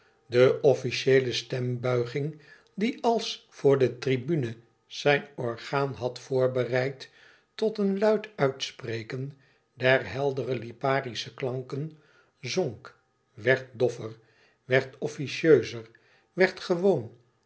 de officieele stembuiging die als voor de tribune zijn orgaan had voorbereid tot een luid uitspreken der heldere liparische klanken zonk werd doffer werd officieuzer werd gewoon